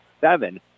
seven